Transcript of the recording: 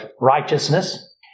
righteousness